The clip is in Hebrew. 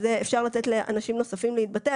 אפשר לתת לאנשים נוספים להתבטא,